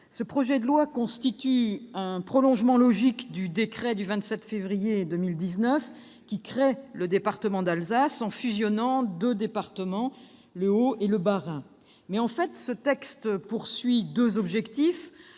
ce projet de loi constitue un prolongement logique du décret du 27 février 2019, qui crée le département d'Alsace en fusionnant les deux départements du Haut-Rhin et du Bas-Rhin. Mais, en réalité, les auteurs de ce texte poursuivent deux objectifs